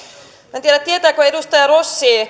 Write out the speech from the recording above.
minä en tiedä tietääkö edustaja rossi